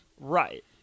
Right